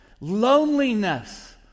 loneliness